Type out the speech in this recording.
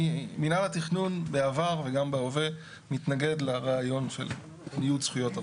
מינהל התכנון בעבר וגם בהווה מתנגד לרעיון של ניוד זכויות ארצי.